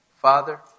Father